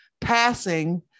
passing